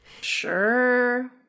Sure